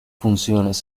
funciones